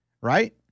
right